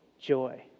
joy